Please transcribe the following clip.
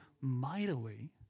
mightily